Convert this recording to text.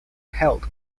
held